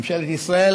ממשלת ישראל,